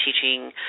teaching